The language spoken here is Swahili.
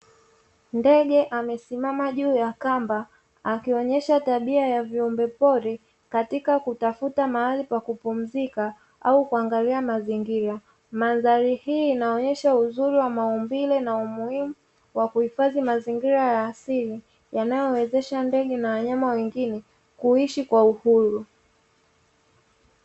Ndege amesimama juu ya kamba akionyesha tabia ya viumbe pori katika kutafuta mahali pa kupumzika au kuangalia mazingira, mandhari hii inaonyesha uzuri wa maumbile na umuhimu wa kuhifadhi mazingira ya asili yanayowezesha ndege na wanyama wengine kuishi kwa uhuru.